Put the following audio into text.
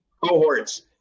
cohorts